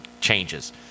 changes